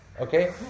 okay